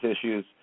issues